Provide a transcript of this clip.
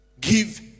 Give